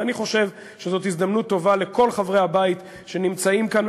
ואני חושב שזו הזדמנות טובה לכל חברי הבית שנמצאים כאן,